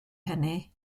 hynny